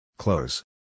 Close